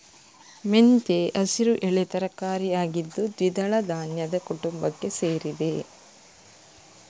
ಮೆಂತ್ಯ ಹಸಿರು ಎಲೆ ತರಕಾರಿ ಆಗಿದ್ದು ದ್ವಿದಳ ಧಾನ್ಯದ ಕುಟುಂಬಕ್ಕೆ ಸೇರಿದೆ